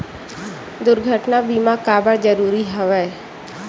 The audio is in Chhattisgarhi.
दुर्घटना बीमा काबर जरूरी हवय?